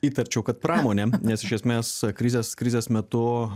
įtarčiau kad pramonė nes iš esmės krizės krizės metu